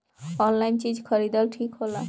Online चीज खरीदल ठिक होला?